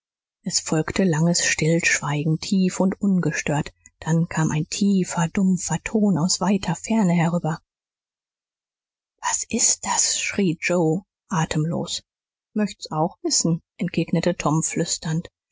es folgte langes stillschweigen tief und ungestört dann kam ein tiefer dumpfer ton aus weiter ferne herüber was ist das schrie joe atemlos möcht's auch wissen entgegnete tom flüsternd